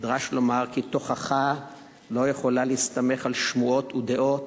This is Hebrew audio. מדרש לומר כי תוכחה לא יכולה להסתמך על שמועות ודעות,